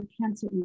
Cancer